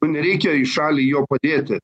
nereikia į šalį jo padėti